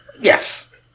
Yes